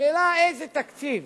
השאלה היא איזה תקציב